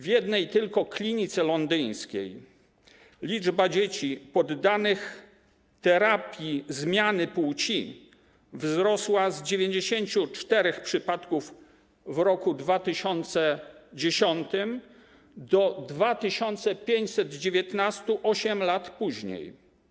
W jednej tylko klinice londyńskiej liczba dzieci poddanych terapii zmiany płci wzrosła z 94 przypadków w roku 2010 do 2519 8 lat później.